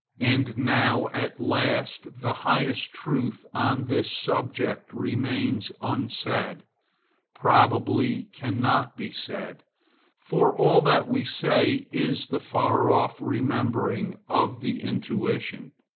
and now at last the highest truth on this subject remains unsaid probably cannot be said for all that we say is the far-off remembering of the intuition.